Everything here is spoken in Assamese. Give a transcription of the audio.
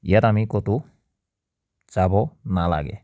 ইয়াত আমি ক'তো যাব নালাগে